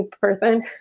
person